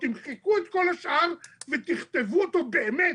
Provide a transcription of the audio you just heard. תמחקו את כל השאר ותכתבו אותו באמת,